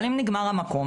אבל אם נגמר המקום,